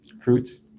fruits